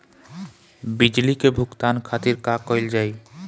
बिजली के भुगतान खातिर का कइल जाइ?